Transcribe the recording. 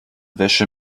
wäsche